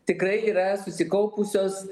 tikrai yra susikaupusios